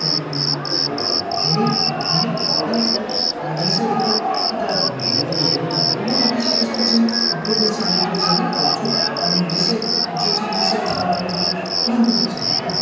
त्यहाँदेखि धेरै धेरै अलिकति रिसर्चेबल किताबहरू हामीले हेऱ्यौँ भने म बेसी जस्तो चाहिँ प्रोग्रेसिभ लिटरेचर नै पढ्छु अनि रिसर्च जो चाहिँ रिसर्चमा अलिकति केन्द्रित छ क्या